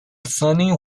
sony